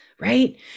Right